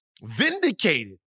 vindicated